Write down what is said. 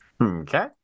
Okay